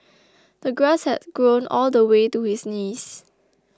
the grass had grown all the way to his knees